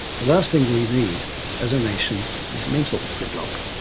the last thing we need as a nation is mental gridlock.